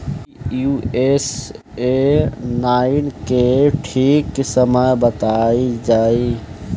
Pusa nine के ठीक समय बताई जाई?